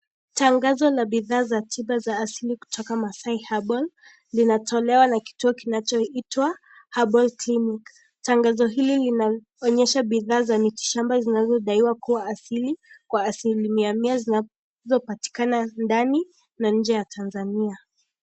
Tangazo la bidhaa za tiba za asili kutoka Maasai Herbal linatolewa na kituo kinachoitwa herbal clinic . Tangazo hili linaonyesha bidhaa za miti shamba zinazodaiwa kuwa asili kwa asilimia mia zinazopatikana ndani na nje ya Tanzania.